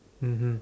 mmhmm